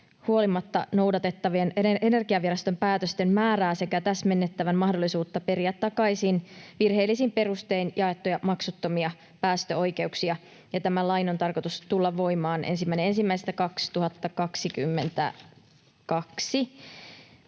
huolimatta noudatettavien Energiaviraston päätösten määrää sekä täsmennettävän mahdollisuutta periä takaisin virheellisin perustein jaettuja maksuttomia päästöoikeuksia. Tämän lain on tarkoitus tulla voimaan 1.1.2022.